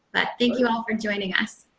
but thank you all for joining us.